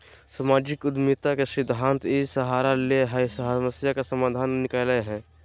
सामाजिक उद्यमिता के सिद्धान्त इ सहारा ले हइ समस्या का समाधान निकलैय हइ